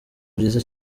byiza